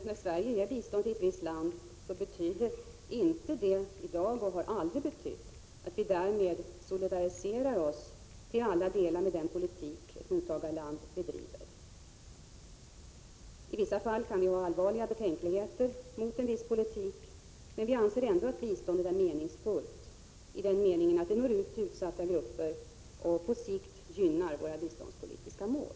När Sverige ger bistånd till ett visst land betyder detta alltså inte — och har aldrig betytt — att vi därmed till alla delar solidariserar oss med den politik mottagarlandet bedriver. I en del fall kan vi ha allvarliga betänkligheter mot en viss politik men kan ändå anse biståndet vara meningsfullt i den meningen att det når ut till utsatta grupper och på sikt gynnar våra biståndspolitiska mål.